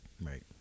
Right